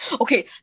Okay